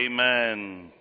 Amen